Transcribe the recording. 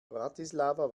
bratislava